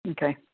Okay